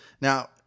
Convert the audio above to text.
Now